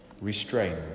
restrained